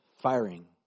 firing